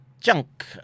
junk